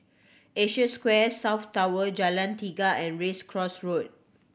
Asia Square South Tower Jalan Tiga and Race Course Road